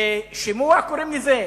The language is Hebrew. לשימוע, קוראים לזה?